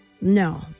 No